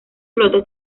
flota